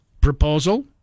proposal